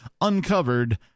uncovered